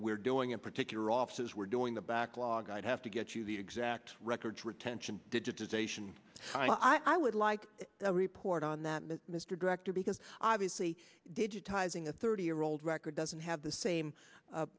we're doing in particular offices we're doing the backlog i'd have to get you the exact records retention digitization i would like to report on that mr director because obviously digitizing a thirty year old record doesn't have the same